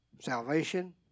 salvation